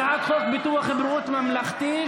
הצעת חוק ביטוח בריאות ממלכתי,